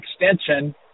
extension